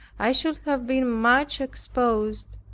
i should have been much exposed,